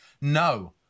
No